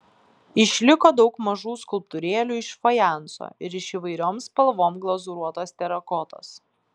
išliko daug mažų skulptūrėlių iš fajanso ir iš įvairiom spalvom glazūruotos terakotos